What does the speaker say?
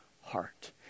heart